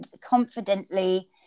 confidently